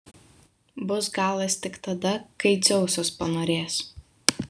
bus galas tik tada kai dzeusas panorės